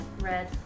Red